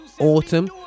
autumn